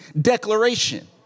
declaration